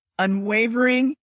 Unwavering